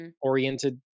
oriented